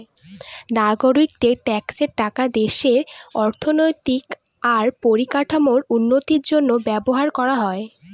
নাগরিকদের ট্যাক্সের টাকা দেশের অর্থনৈতিক আর পরিকাঠামোর উন্নতির জন্য ব্যবহার করা হয়